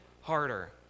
harder